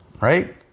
right